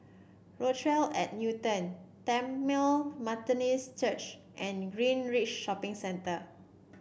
Rochelle at Newton Tamil Methodist Church and Greenridge Shopping Centre